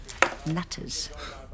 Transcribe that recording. nutters